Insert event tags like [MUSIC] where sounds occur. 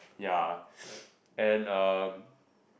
yeah [NOISE] and um